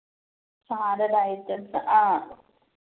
salad items ആ